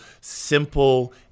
simple